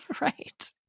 Right